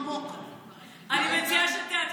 אני מציעה לנשום עמוק.